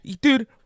dude